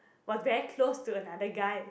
was very close to another guy